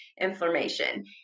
inflammation